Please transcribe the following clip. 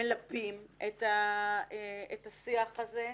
מלבים את השיח הזה.